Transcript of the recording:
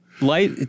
Light